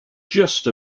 just